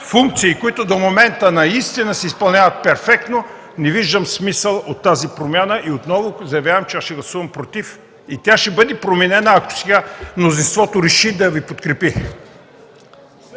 функции, които до момента наистина се изпълняват перфектно, не виждам смисъл от тази промяна и отново заявявам, че ще гласувам „против”. Тя ще бъде променена, ако сега мнозинството реши да Ви подкрепи.